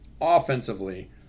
Offensively